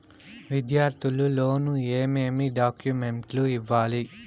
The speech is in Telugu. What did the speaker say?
విద్యార్థులు లోను ఏమేమి డాక్యుమెంట్లు ఇవ్వాలి?